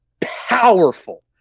powerful